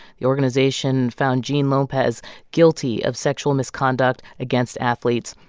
the organization found jean lopez guilty of sexual misconduct against athletes.